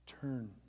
turn